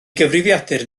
gyfrifiadur